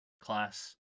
class